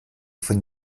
von